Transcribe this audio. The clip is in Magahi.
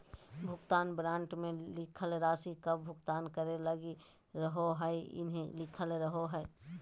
भुगतान वारन्ट मे लिखल राशि कब भुगतान करे लगी रहोहाई इहो लिखल रहो हय